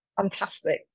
Fantastic